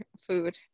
food